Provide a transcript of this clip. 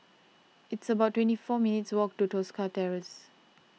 it's about twenty four minutes' walk to Tosca Terrace